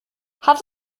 hat